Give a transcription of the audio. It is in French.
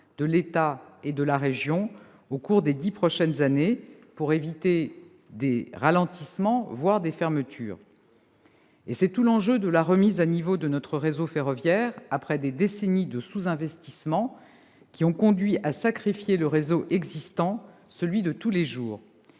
de l'État et de la région, au cours des dix prochaines années, pour éviter des ralentissements, voire des fermetures. C'est tout l'enjeu de la remise à niveau de notre réseau ferroviaire, après des décennies de sous-investissement, qui ont contribué à sacrifier le réseau existant, celui de tous les jours.